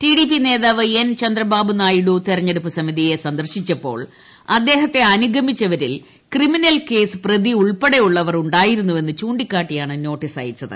TDP നേതാവ് N പ്ലന്ദ്രബാബൂനായിഡു തെരഞ്ഞെടുപ്പ് സമിതിയെ സന്ദർശിച്ചപ്പോൾ അദ്ദേഹത്തെ അനുഗമിച്ചവരിൽ ക്രിമിനൽ കേസ് പ്രതീ് ഉൾപ്പടെയുള്ളവർ ഉണ്ടായിരുന്നു എന്ന് ചൂണ്ടിക്കാട്ടിയാണ് നോട്ടീസ് അയച്ചത്